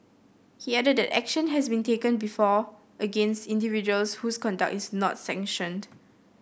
he added that action has been taken before against individuals whose conduct is not sanctioned